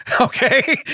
okay